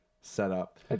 setup